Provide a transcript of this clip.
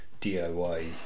DIY